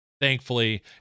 Thankfully